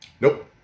Nope